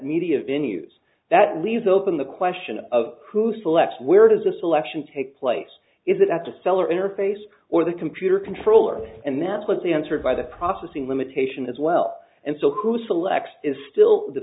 media venues that leaves open the question of who selects where does the selection take place is it that the seller interface or the computer controller and that was answered by the processing limitations as well and so who selects is still the